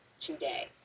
today